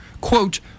quote